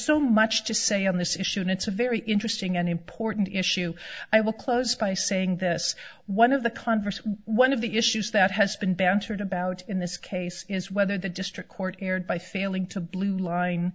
so much to say on this issue and it's a very interesting and important issue i will close by saying this one of the converse one of the issues that has been bantered about in this case is whether the district court erred by failing to blueline